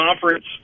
conference